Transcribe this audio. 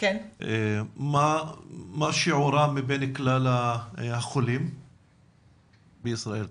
מה שיעורם מבין כלל החולים בישראל?